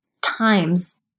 times